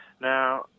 Now